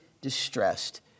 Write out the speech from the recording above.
distressed